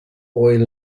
oil